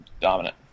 dominant